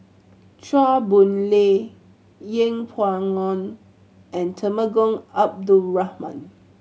Chua Boon Lay Yeng Pway Ngon and Temenggong Abdul Rahman